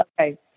okay